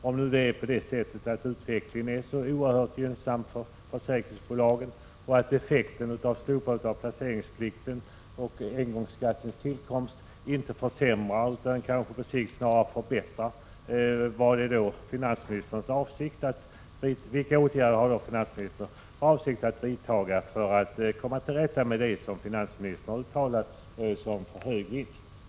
Finansministern talar om att utvecklingen är oerhört gynnsam för försäkringsbolagen och att slopandet av placeringsplikten och införandet av engångsskatten alls inte försämrar för dem, snarare kanske det blir bättre för dem. Vilka åtgärder avser finansministern att vidta för att komma till rätta med det som han menar är för höga vinster?